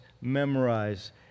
memorize